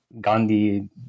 Gandhi